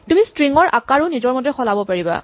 তুমি স্ট্ৰিং ৰ আকাৰো নিজৰ মতে সলাব পাৰা